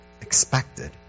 expected